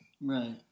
Right